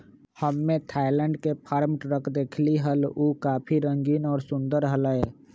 हम्मे थायलैंड के farm truck देखली हल, ऊ काफी रंगीन और सुंदर हलय